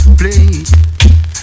play